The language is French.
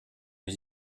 les